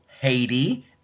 Haiti